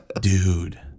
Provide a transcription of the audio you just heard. Dude